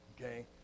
Okay